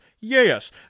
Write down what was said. yes